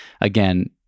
again